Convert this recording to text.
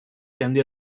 kendi